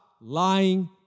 lying